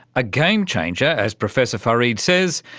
a game changer, as professor farid says,